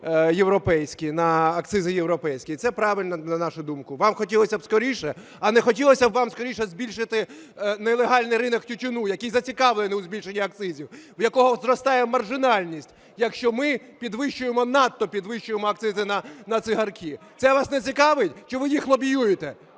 на акцизи європейські, – це правильно, на нашу думку. Вам хотілося б скоріше. А не хотілося б вам скоріше збільшити нелегальний ринок тютюну, який зацікавлений у збільшенні акцизів, у якого зростає маржинальність, якщо ми підвищуємо, надто підвищуємо акцизи на цигарки? Це вас не цікавить, чи ви їх лобіюєте?